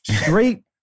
straight